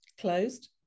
closed